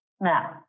Now